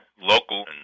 local